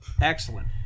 excellent